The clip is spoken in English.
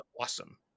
awesome